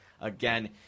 again